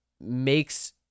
makes